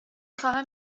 خواهم